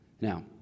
Now